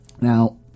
Now